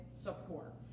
support